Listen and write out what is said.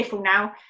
now